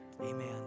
Amen